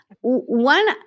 one